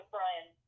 brian